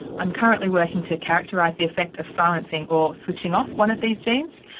i'm currently working to characterise the effect of silencing or switching off one of these genes,